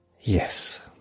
Yes